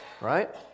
Right